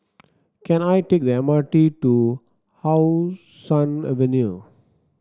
can I take the M R T to How Sun Avenue